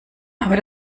aber